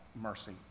mercy